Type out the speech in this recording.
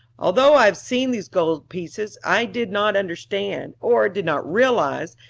although i had seen these gold pieces i did not understand, or did not realize,